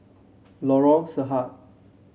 Lorong Sahad